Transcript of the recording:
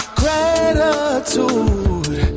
gratitude